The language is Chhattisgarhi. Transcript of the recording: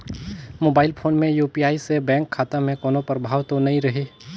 मोबाइल फोन मे यू.पी.आई से बैंक खाता मे कोनो प्रभाव तो नइ रही?